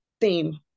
theme